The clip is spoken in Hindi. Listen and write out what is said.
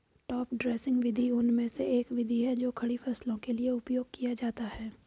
टॉप ड्रेसिंग विधि उनमें से एक विधि है जो खड़ी फसलों के लिए उपयोग किया जाता है